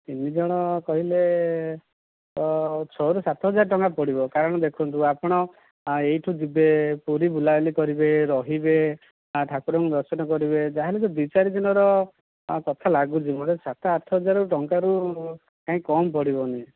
ତିନି ଜଣ କହିଲେ ତ ଛଅରୁ ସାତ ହଜାର ଟଙ୍କା ପଡ଼ିବ କାରଣ ଦେଖନ୍ତୁ ଆପଣ ଏଇଠୁ ଯିବେ ପୁରୀ ବୁଲାବୁଲି କରିବେ ରହିବେ ଠାକୁରଙ୍କୁ ଦର୍ଶନ କରିବେ ଯାହାହେଲେ ବି ଦି ଚାରି ଦିନର କଥା ଲାଗୁଛି ଗୋଟେ ସାତ ହଜାର ଟଙ୍କାରୁ କାଇଁ କମ୍ ପଡ଼ିବନି